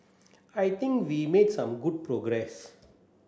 I think we made some good progress